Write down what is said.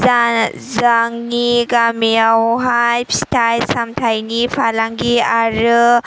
जोंनि गामियावहाय फिथाइ सामथाइनि फालांगि आरो